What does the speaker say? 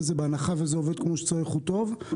בהנחה וזה עובד כמו שצריך אז הוא טוב.